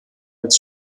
als